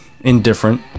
indifferent